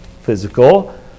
physical